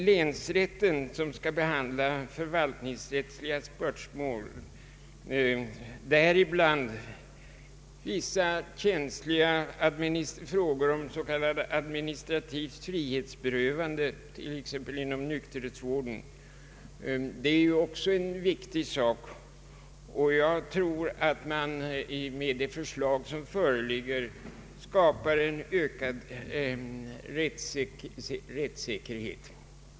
Länsrätten skall behandla förvaltningsrättsliga spörsmål, däribland vissa känsliga frågor om s.k. administrativa frihetsberövanden, t.ex. inom nykterhetsvården, vilket ju är en viktig sak. Jag tror att man med det förslag som föreligger skapar en ökad rättssäkerhet.